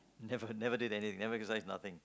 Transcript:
never never did any never exercise nothing